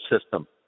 system